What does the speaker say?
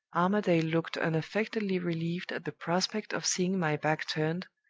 armadale looked unaffectedly relieved at the prospect of seeing my back turned,